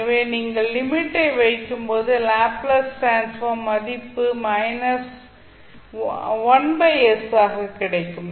எனவே நீங்கள் லிமிட் ஐ வைக்கும்போது லாப்ளேஸ் டிரான்ஸ்ஃபார்ம் மதிப்பு ஆக கிடைக்கும்